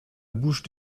bouche